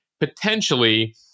Potentially